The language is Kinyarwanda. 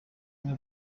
umwe